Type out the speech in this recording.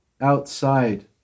outside